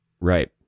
Right